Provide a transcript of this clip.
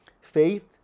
faith